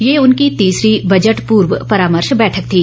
यह उनकी तीसरी बजट पूर्व परामर्श बैठक थी